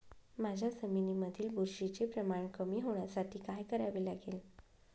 माझ्या जमिनीमधील बुरशीचे प्रमाण कमी होण्यासाठी काय करावे लागेल?